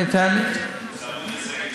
צמוד לשגב.